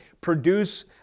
produce